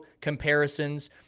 comparisons